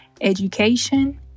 education